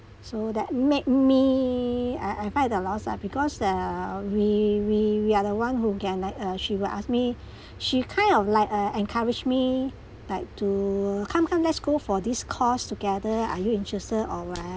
so that make me I I felt the loss lah because uh we we we are the one who can like uh she will ask me she kind of like uh encouraged me like to come come let's go for this course together are you interested or what